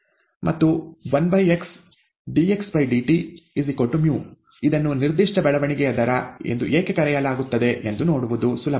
ಮತ್ತು 1x dxdt µ ಇದನ್ನು ನಿರ್ದಿಷ್ಟ ಬೆಳವಣಿಗೆಯ ದರ ಎಂದು ಏಕೆ ಕರೆಯಲಾಗುತ್ತದೆ ಎಂದು ನೋಡುವುದು ಸುಲಭ